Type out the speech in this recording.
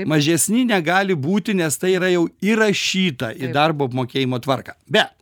mažesni negali būti nes tai yra jau įrašyta į darbo apmokėjimo tvarką bet